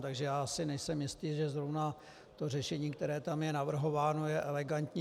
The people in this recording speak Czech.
Takže já si nejsem jistý, že zrovna to řešení, které tam je navrhováno, je elegantní.